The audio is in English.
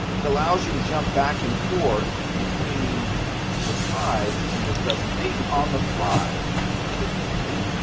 it allows you to jump back and forth between the slides in your presentation on the fly if need be.